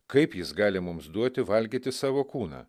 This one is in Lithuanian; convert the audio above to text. kaip jis gali mums duoti valgyti savo kūną